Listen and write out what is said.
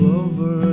over